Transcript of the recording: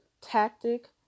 tactic